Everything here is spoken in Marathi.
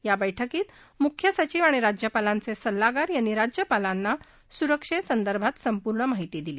या बैठकीत मुख्य सचिव आणि राज्यपालांच जिल्लागार यांनी राज्यपालांना सुरक्षस्टिर्भात संपूर्ण माहिती दिली